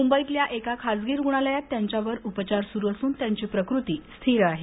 मुंबईतल्या एका खासगी रुग्णालयात त्यांच्यावर उपचार सुरू असुन त्यांची प्रकृती स्थिर आहे